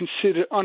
considered